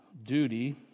Duty